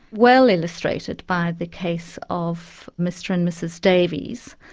well illustrated by the case of mr and mrs davies,